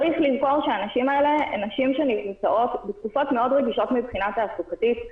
צריך לזכור שהנשים האלה נמצאות בתקופות מאוד רגישות מבחינה תעסוקתית.